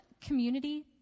community